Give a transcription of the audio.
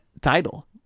title